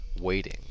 waiting